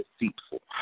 deceitful